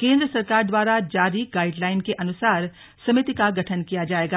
केंद्र सरकार द्वारा जारी गाइडलाइन के अनुसार समिति का गठन किया जायेगा